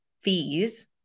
fees